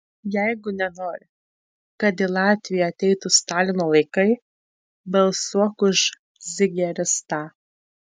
jeigu nenori kad į latviją ateitų stalino laikai balsuok už zigeristą